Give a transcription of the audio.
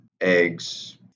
eggs